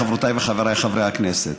חברותיי וחבריי חברי הכנסת,